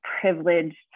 privileged